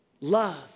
Love